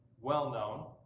well-known